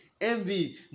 envy